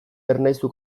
ernaizu